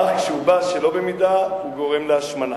אך כשהוא בא שלא במידה, הוא גורם להשמנה.